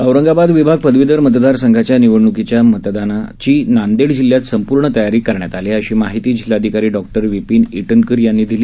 औरंगाबाद विभाग पदवीधर मतदार संघाच्या निवडणूकीच्या मतदानाची नांदेड जिल्ह्यात संपूर्ण तयारी करण्यात आली आहे अशी माहिती जिल्हाधिकारी डॉ विपिन ईटनकर यांनी आज दिली